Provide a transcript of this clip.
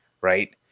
right